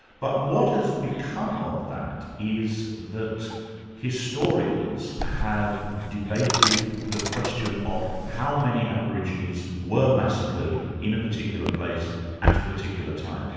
but what has become of that is that historians have debated the question of how many aborigines were massacred in a particular place at a particular time.